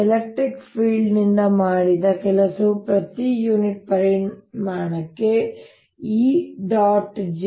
electric ಫೀಲ್ಡ್ನಿಂದ ಮಾಡಿದ ಕೆಲಸವು ಪ್ರತಿ ಯುನಿಟ್ ಪರಿಮಾಣಕ್ಕೆ E